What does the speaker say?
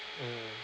mm